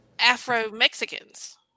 Afro-Mexicans